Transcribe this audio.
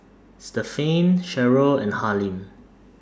Stephaine Sherrill and Harlene